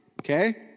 Okay